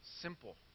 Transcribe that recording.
simple